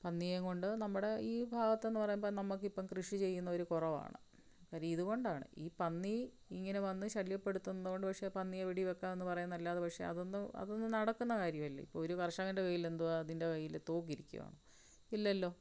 പന്നിയെയുംകൊണ്ടു നമ്മുടെ ഈ ഭാഗത്തെന്നു പറയുമ്പോള് നമുക്കിപ്പോള് കൃഷി ചെയ്യുന്നത് ഒരു കുറവാണ് കാര്യം ഇതുകൊണ്ടാണ് ഈ പന്നി ഇങ്ങനെ വന്നു ശല്യപ്പെടുത്തുന്നതുകൊണ്ട് പക്ഷേ പന്നിയെ വെടിവയ്ക്കാമെന്നു പറയുന്നതല്ലാതെ പക്ഷേ അതൊന്നും അതൊന്നും നടക്കുന്ന കാര്യമല്ല ഇപ്പോള് ഒരു കര്ഷകൻ്റെ കയ്യിലെന്തോവാ അതിൻ്റെ കയ്യില് തോക്കിരിക്കുകയാണോ ഇല്ലല്ലോ